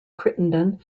crittenden